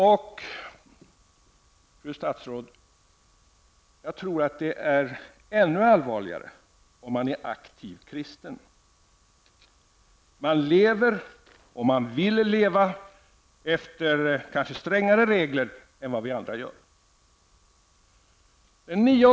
Jag tror, fru statsråd, att det är ännu allvarligare om man är aktiv kristen. Man vill kanske leva efter strängare regler än vad vi andra gör.